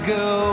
go